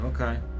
Okay